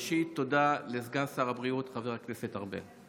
ראשית, תודה לסגן שר הבריאות חבר הכנסת ארבל.